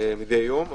מדי יום.